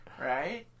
Right